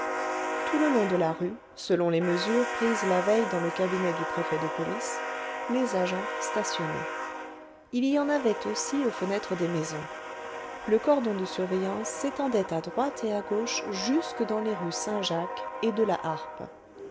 tout le long de la rue selon les mesures prises la veille dans le cabinet du préfet de police les agents stationnaient il y en avait aussi aux fenêtres des maisons le cordon de surveillance s'étendait à droite et à gauche jusque dans les rues saint-jacques et de la harpe